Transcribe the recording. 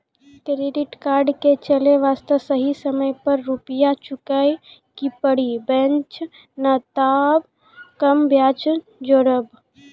Credit card के चले वास्ते सही समय पर रुपिया चुके के पड़ी बेंच ने ताब कम ब्याज जोरब?